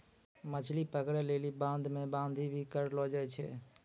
मछली पकड़ै लेली बांध मे बांधी भी करलो जाय छै